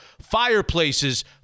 fireplaces